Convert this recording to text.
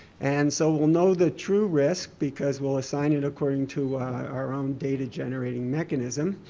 and so we'll know the true risk because we'll assign it according to our own data generating mechanism.